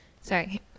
Sorry